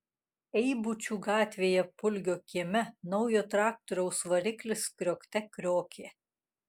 eibučių gatvėje pulgio kieme naujo traktoriaus variklis kriokte kriokė